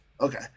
okay